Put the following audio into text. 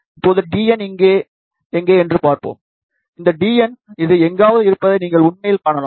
இப்போது dn எங்கே என்று பார்ப்போம் எனவே dn இது எங்காவது இருப்பதை நீங்கள் உண்மையில் காணலாம்